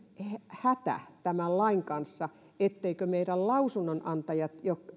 hätä tämän lain kanssa etteivätkö meidän lausunnonantajat